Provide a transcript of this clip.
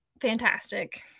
fantastic